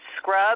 Scrub